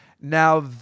Now